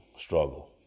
Struggle